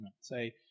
say